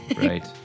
Right